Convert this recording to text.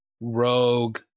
rogue